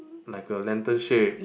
like a lantern shape